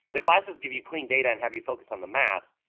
the classes give you clean data and have you focus on the math,